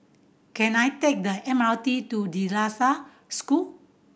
can I take the M R T to De La Salle School